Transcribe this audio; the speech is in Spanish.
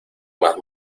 más